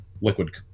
liquid